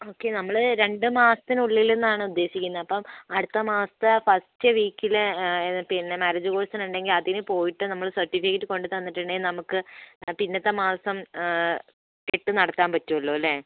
okay നമ്മൾ രണ്ടു മാസത്തിനുള്ളിലെന്നാണ് ഉദ്ദേശിക്കുന്നത് അപ്പം അടുത്ത മാസത്തെ ഫസ്റ്റ് വീക്കിൽ ഇത് പിന്നെ മാര്യേജ് കോഴ്സിനുണ്ടെങ്കിൽ അതിനു പോയിട്ട് നമ്മൾ സർട്ടിഫിക്കറ്റ് കൊണ്ടുത്തന്നിട്ടുണ്ടെങ്കിൽ നമുക്ക് പിന്നത്തെ മാസം കെട്ടുനടത്താൻ പറ്റുമല്ലോ അല്ലേ